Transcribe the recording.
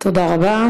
תודה רבה.